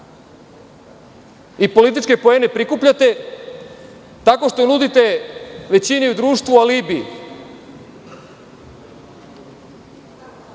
i političke poene prikupljate tako što nudite većini u društvu alibi